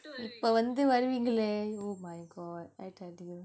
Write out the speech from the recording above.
இப்ப வந்து வருவீங்களே:ippa vanthu varuveengalae leh oh my god I acting